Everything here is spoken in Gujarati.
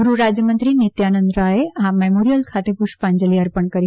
ગૃહ રાજ્યમંત્રી નિત્યાનંદ રાયે આ મેમોરિયલ ખાતે પુષ્પાંજલી અર્પણ કરી હતી